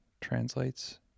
translates